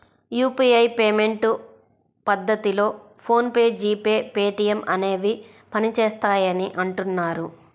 UPI payment పద్ధతిలో PhonePe, GPay, Paytm అనేవి పనిచేస్తాయని అంటున్నారు